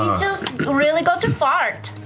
just really got to fart.